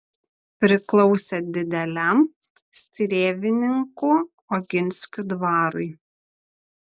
priklausė dideliam strėvininkų oginskių dvarui